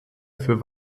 für